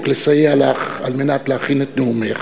לסייע לך על מנת להכין את נאומך,